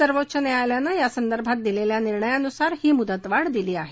सर्वोच्च न्यायालयानं यासंदर्भात दिलेल्या निर्णयानुसार ही मुदतवाढ दिली आहे